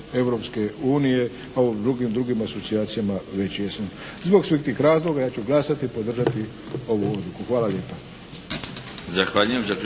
Europske unije, kao i u mnogim drugim asocijacijama već jesmo. Zbog svih tih razloga ja ću glasati i podržati ovu odluku. Hvala lijepa.